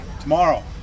Tomorrow